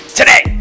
today